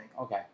Okay